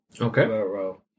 Okay